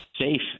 safe